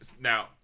now